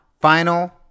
final